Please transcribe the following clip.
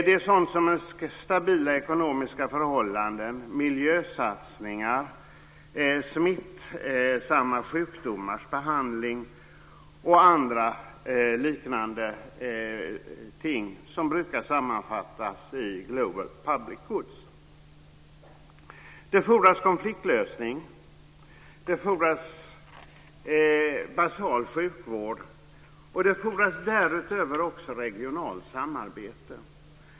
Det är sådant som stabila ekonomiska förhållanden, miljösatsningar, smittsamma sjukdomars behandling och andra liknande ting som brukar sammanfattas med global public goods. Det fordras konfliktlösning. Det fordras basal sjukvård och det fordras därutöver också regionalt samarbete.